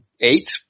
eight